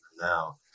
now